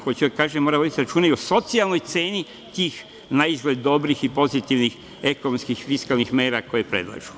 Hoću da kažem da mora voditi računa i o socijalnoj ceni tih naizgled dobrih i pozitivnih ekonomskih i fiskalnih mera koje predlažu.